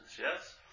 yes